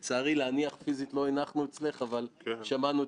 בסופו של דבר אני לוקח על עצמי להמשיך